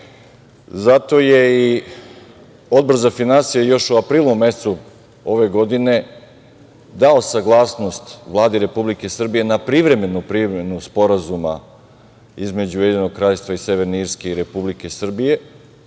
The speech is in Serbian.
Zato je i Odbor za finansije još u aprilu mesecu ove godine, dao saglasnost Vladi Republike Srbije na privremenu primenu sporazuma između Ujedinjenog Kraljevstva i Severne Irske i Republike Srbije